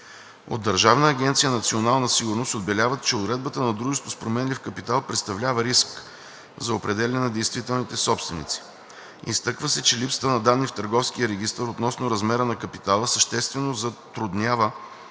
От Държавна агенция „Национална сигурност“ отбелязват, че уредбата на дружеството с променлив капитал представлява риск за определяне на действителните собственици. Изтъква се, че липсата на данни в Търговския регистър относно размера на капитала съществено затруднява